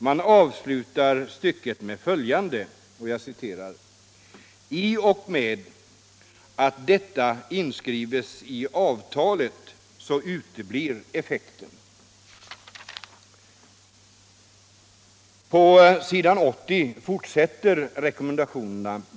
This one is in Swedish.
Man avslutar stycket med följande: ”I och med att detta inskrives i avtalet så uteblir effekten.” På s. 80 fortsätter rekommendationerna.